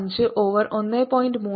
5 over 1